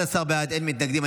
11 בעד, אין מתנגדים.